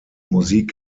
musik